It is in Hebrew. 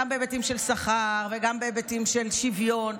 גם בהיבטים של סחר וגם בהיבטים של שוויון,